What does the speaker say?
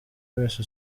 wese